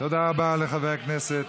תודה רבה לחבר הכנסת